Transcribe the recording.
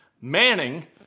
Manning